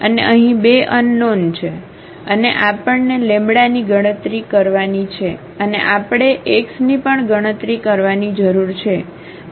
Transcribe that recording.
અને અહીં બે Unknown છે અને આપણને લેમ્બડાની ગણતરી કરવાની છે અને આપણે x ની પણ ગણતરી કરવાની જરૂર છે